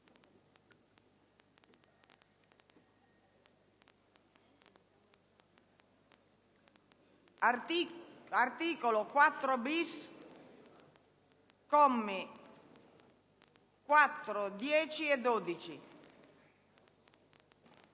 articolo 4-*bis*, commi 4, 10 e 12;